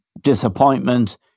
disappointment